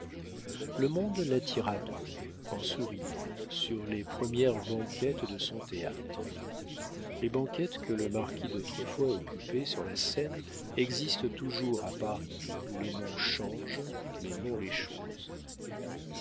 le monde l'attira donc en souriant sur les premières banquettes de son théâtre les banquettes que les marquis d'autrefois occupaient sur la scène existent toujours à paris où les noms changent mais non les choses